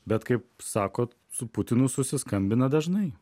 bet kaip sakot su putinu susiskambina dažnai